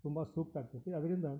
ತುಂಬ ಸೂಕ್ತ ಆಗ್ತದೆ ಅದರಿಂದ